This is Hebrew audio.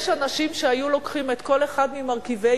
יש אנשים שהיו לוקחים את כל אחד ממרכיבי